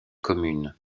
commune